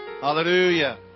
Hallelujah